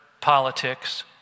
politics